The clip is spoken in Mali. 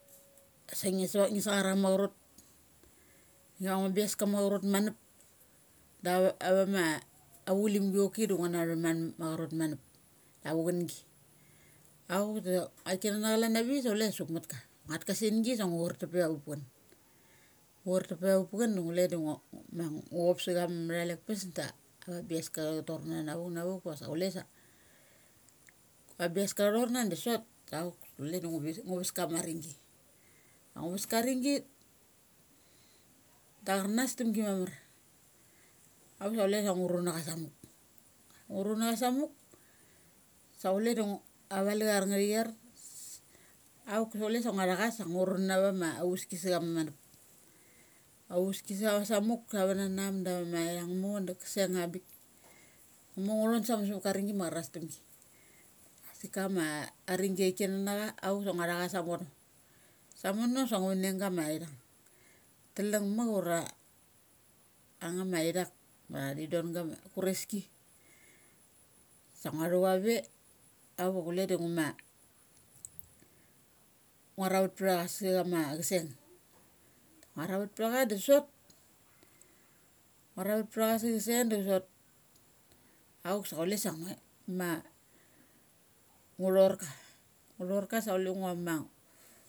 Dasik ngi so ngi sangar acha ma chorot ia ngu ia ngu buaska ma mor manup da ava, ava ma chulim gi choki da ngua na thum un macha rot man up da avaccha sa hungi. Auk da nguaikana na cha chalan dai thik sa chule sa suk mut ka. Nguat ka sengi da ngu chartup peia avathun. Ngu char tup pe va pachun du chule da ngo ma. ngu chop sa cha matha lai i pes da ava biaska cha torno navuk. na vuk vasa chule sa a bi as ka cha thorna da sot auk kule da ngu bis. Ngu ves kama aringi. Aung ngu ves kama ninggi ta a charnas tamgi mamar. Auk sa chule da ngu run na cha sa muk. Ngu munna cha sa muk da chule da chule da ava la char nga thi chan auk sa chule sa ngua tha cha sa ngu run ava ma auveski sai mamanup. Auvesk sa a muk sa ava nanum da ava maithung nga mor doki kaseng ava bik. Nga mor nga thon sa muk samakama sipen gi ma acharnas tumgi. Asik ia arringi chia thik kanana cha auksa ngua tha cha sa vono. Sa mono sa ngu van eng gamsithung talung muk ura ang nga ma ithak ma thy don gama kureski. Sangua thu chave auk achule da ngu ma nuga ravat ptha cha sa ona ma chaseng. Nguaravet ptha cha sa chaseng da sot. Auk sa chulesa ngue ma ngu thor ka. Ngu thorka sa ngulumo ma.